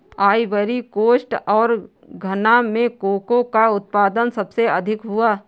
Ivory coast और घना में कोको का उत्पादन सबसे अधिक है